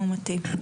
מומתים.